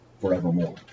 forevermore